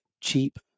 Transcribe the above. cheap